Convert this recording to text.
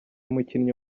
umukinnyi